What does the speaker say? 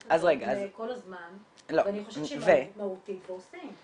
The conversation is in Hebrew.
הזאת כל הזמן ואני חושבת שהיא מהותית ועושים.